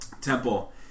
temple